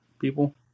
people